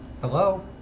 Hello